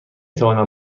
توانم